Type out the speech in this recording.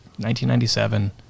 1997